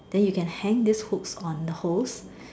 then you can hang this hooks on the holes